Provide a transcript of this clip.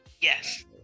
Yes